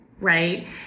right